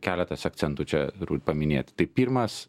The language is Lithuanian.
keletas akcentų čia paminėt tai pirmas